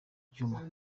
djuma